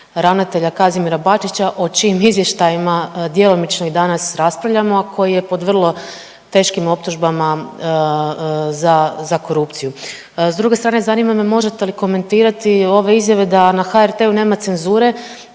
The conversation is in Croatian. ravnatelja Kazimira Bačića o čijim izvještajima djelomično i danas raspravljamo, a koji je pod vrlo teškim optužbama za korupciju. S druge strane zanima me možete li komentirati ove izjave da na HRT-u nema cenzure